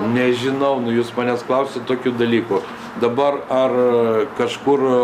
nežinau nu jūs manęs klausiat tokių dalykų dabar ar kažkur